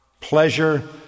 pleasure